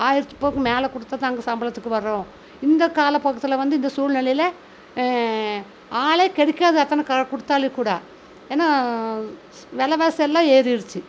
ஆயரூவாக்கு மேலே கொடுத்தா நாங்கள் சம்பளத்துக்கு வரோம் இந்த காலப்போக்கத்தில் வந்து இந்த சூழ்நிலையில் ஆளே கிடைக்காது அத்தனை கொடுத்தாலும் கூட ஏன்னா விலவாசி எல்லாம் ஏறிடிச்சு